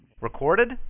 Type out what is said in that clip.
Recorded